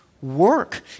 work